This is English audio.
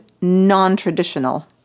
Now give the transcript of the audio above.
non-traditional